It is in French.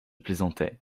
plaisantais